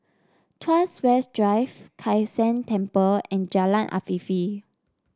Tuas West Drive Kai San Temple and Jalan Afifi